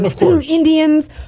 Indians